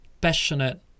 passionate